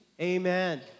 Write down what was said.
Amen